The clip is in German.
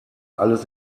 alles